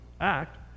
act